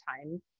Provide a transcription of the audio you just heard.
time